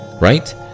right